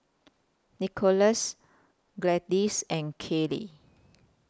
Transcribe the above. Nickolas Gladyce and Keeley